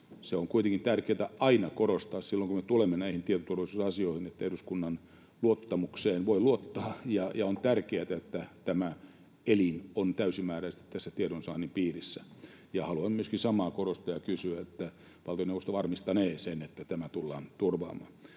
Sitä on kuitenkin tärkeätä aina korostaa silloin, kun me tulemme näihin tietoturvallisuusasioihin, että eduskunnan luottamukseen voi luottaa, ja on tärkeätä, että tämä elin on täysimääräisesti tässä tiedonsaannin piirissä. Haluan myöskin samaa korostaa ja kysyä, että valtioneuvosto varmistanee sen, että tämä tullaan turvaamaan.